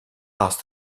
asked